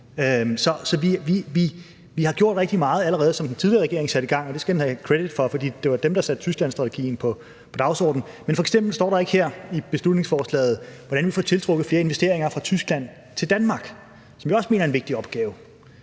Så vi har allerede gjort rigtig meget af det, som den tidligere regering satte i gang, og det skal den have credit for, for det var den, der satte Tysklandsstrategien på dagsordenen. Men f.eks. står der ikke her i beslutningsforslaget, hvordan vi får tiltrukket flere investeringer fra Tyskland til Danmark, hvilket vi også mener er en vigtig opgave